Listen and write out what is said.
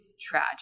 tragic